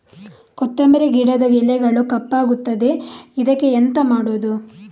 ಕೊತ್ತಂಬರಿ ಗಿಡದ ಎಲೆಗಳು ಕಪ್ಪಗುತ್ತದೆ, ಇದಕ್ಕೆ ಎಂತ ಮಾಡೋದು?